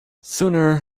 sooner